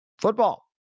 Football